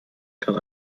kann